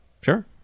Sure